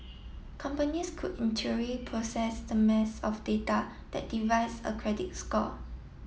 companies could in theory process the mass of data that devise a credit score